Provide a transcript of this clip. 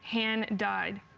hand dyed.